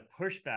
pushback